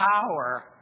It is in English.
power